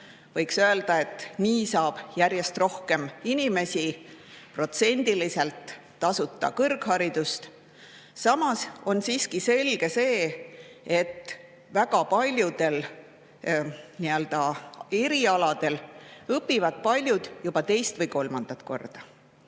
Võiks öelda, et nii saab järjest suurem protsent inimesi tasuta kõrgharidust. Samas on siiski selge, et väga paljudel erialadel õpivad paljud juba teist või kolmandat korda.